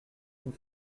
nous